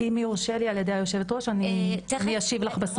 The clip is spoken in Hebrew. אם יורשה לי על ידי היושבת-ראש, אני אשיב לך בסוף.